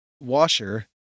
washer